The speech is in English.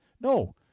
No